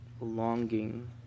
longing